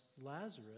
Lazarus